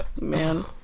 Man